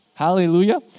Hallelujah